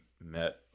met